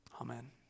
Amen